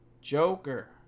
Joker